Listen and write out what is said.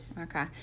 Okay